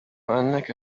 أنك